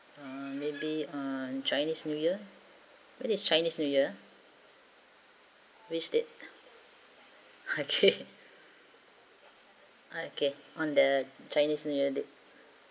uh maybe uh chinese new year when is chinese new year which date okay okay on the chinese new year date